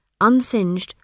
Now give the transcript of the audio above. unsinged